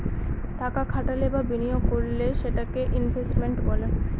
টাকা খাটালে বা বিনিয়োগ করলে সেটাকে ইনভেস্টমেন্ট বলে